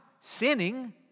sinning